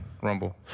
Rumble